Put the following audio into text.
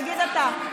תגיד אתה.